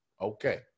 Okay